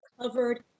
covered